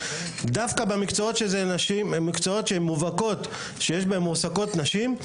דווקא במקצועות מובהקים שבהם מועסקות נשים,